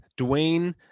Dwayne